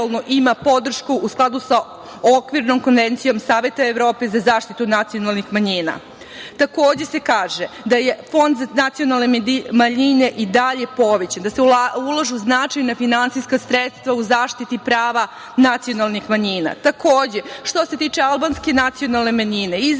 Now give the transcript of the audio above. da se ulažu značajna finansijska sredstva u zaštiti prava nacionalnih manjina. Što se tiče albanske nacionalne manjine, izrađen